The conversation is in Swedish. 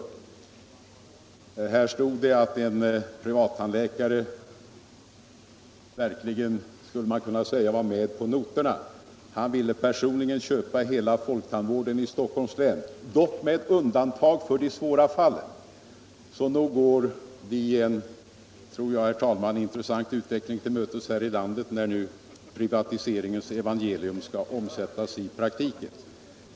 Av tidningen framgick det att en privattandläkare verkligen var med på noterna. Han ville personligen köpa hela folktandvården i Stockholms län, dock med undantag för de svåra fallen. Så nog tror jag att vi går en intressant utveckling till mötes här i landet när nu privatiseringens evangelium skall omsättas i praktiken.